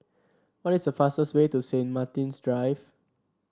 what is the fastest way to Saint Martin's Drive